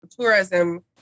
tourism